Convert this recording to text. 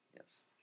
Yes